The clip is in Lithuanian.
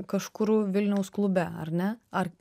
kažkur vilniaus klube ar ne ar